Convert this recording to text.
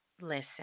listen